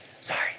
Sorry